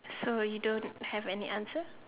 so you don't have any answer